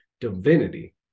divinity